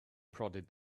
prodded